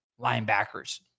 linebackers